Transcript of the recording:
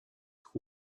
who